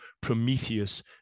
Prometheus